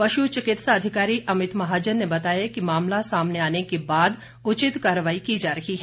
पशु चिकित्सा अधिकारी अमित महाजन ने बताया कि मामला सामने आने के बाद उचित कार्रवाई की जा रही है